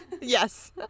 Yes